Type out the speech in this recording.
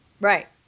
Right